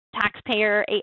taxpayer